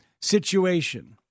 situation